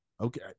okay